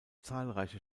zahlreiche